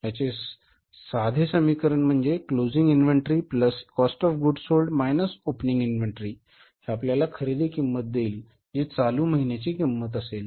याचे साधे समीकरण म्हणजे closing inventory plus cost of goods sold minus opening inventory हे आपल्याला खरेदी किंमत देईल जी चालू महिन्याची किंमत असेल